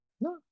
No